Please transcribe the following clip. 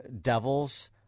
devils